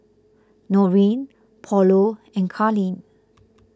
Noreen Paulo and Karlene